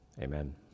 amen